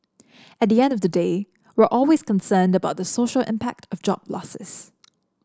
at the end of the day we're always concerned about the social impact of job losses